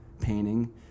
painting